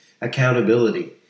accountability